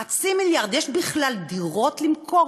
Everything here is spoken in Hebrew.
חצי מיליארד, יש בכלל דירות למכור?